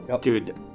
Dude